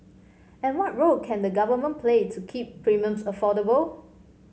and what role can the Government play to keep premiums affordable